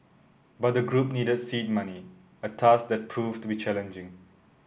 but the group needed seed money a task that proved to be challenging